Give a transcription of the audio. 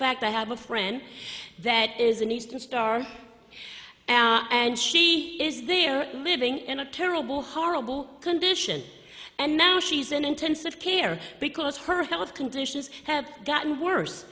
fact i have a friend that is a new star and she is there living in a terrible horrible condition and now she's in intensive care because her health conditions have gotten worse